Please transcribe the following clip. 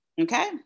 okay